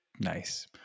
Nice